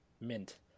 mint